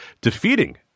defeating